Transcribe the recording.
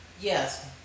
Yes